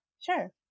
Sure